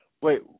Wait